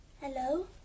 Hello